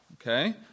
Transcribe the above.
okay